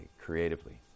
creatively